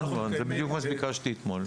נכון, אבל זה בדיוק מה שביקשתי אתמול.